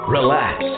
Relax